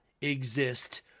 exist